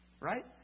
Right